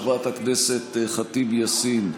חברת הכנסת ח'טיב יאסין,